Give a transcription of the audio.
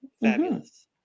Fabulous